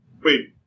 Wait